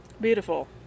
Beautiful